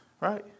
right